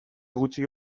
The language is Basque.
gutxi